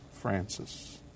Francis